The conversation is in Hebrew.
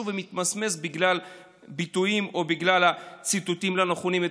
מתמסמס בגלל ביטויים או בגלל ציטוטים לא נכונים.